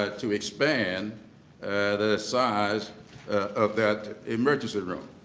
ah to expand the size of that emergency room.